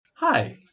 Hi